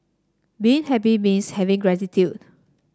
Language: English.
being happy means having gratitude